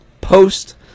post